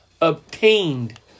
obtained